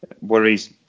worries